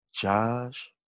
Josh